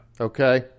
Okay